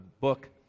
book